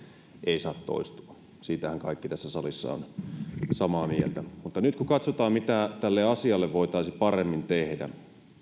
ei saa toistua siitähän kaikki tässä salissa ovat samaa mieltä mutta nyt kun katsotaan mitä tälle asialle voitaisiin paremmin tehdä niin